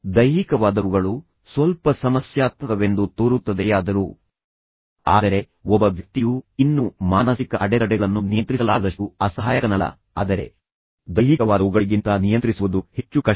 ದೈಹಿಕವಾದವುಗಳು ಸ್ವಲ್ಪ ಸಮಸ್ಯಾತ್ಮಕವೆಂದು ತೋರುತ್ತದೆಯಾದರೂ ಆದರೆ ಒಬ್ಬ ವ್ಯಕ್ತಿಯು ಇನ್ನೂ ಮಾನಸಿಕ ಅಡೆತಡೆಗಳನ್ನು ನಿಯಂತ್ರಿಸಲಾಗದಷ್ಟು ಅಸಹಾಯಕನಲ್ಲ ಆದರೆ ದೈಹಿಕವಾದವುಗಳಿಗಿಂತ ನಿಯಂತ್ರಿಸುವುದು ಹೆಚ್ಚು ಕಷ್ಟ